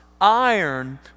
iron